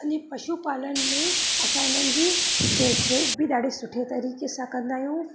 असांजे पशु पालन में असां हिननि जी देख रेख बि ॾाढी सुठे तरीक़े सां कंदा आहियूं